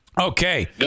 Okay